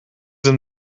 them